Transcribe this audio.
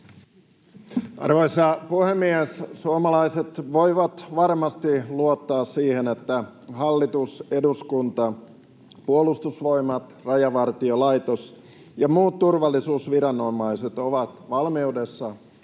Arvoisa puhemies! Suomalaiset voivat varmasti luottaa siihen, että hallitus, eduskunta, Puolustusvoimat, Rajavartiolaitos ja muut turvallisuusviranomaiset ovat valmiudessa